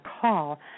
call